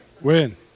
Win